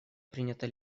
принято